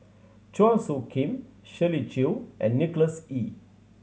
Chua Soo Khim Shirley Chew and Nicholas Ee